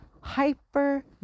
hyper